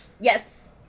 Yes